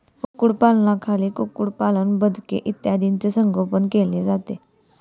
कुक्कुटपालनाखाली कुक्कुटपालन, बदके इत्यादींचे संगोपन केले जाते